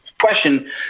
question